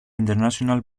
international